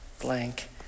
blank